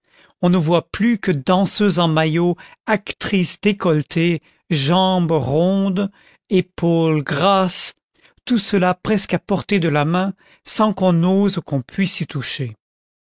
on ne voit plus que danseuses en maillot actrices décolletées jambes rondes épaules grasses tout cela presque à portée de la main sans qu'on ose ou qu'on puisse y toucher